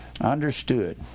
Understood